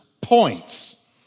points